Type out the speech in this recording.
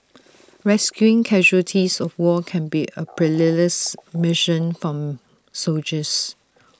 rescuing casualties of war can be A perilous mission for soldiers